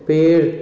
पेड़